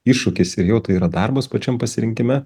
iššūkis ir jau tai yra darbas pačiam pasirinkime